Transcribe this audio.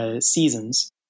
seasons